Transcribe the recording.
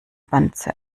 wanze